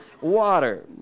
water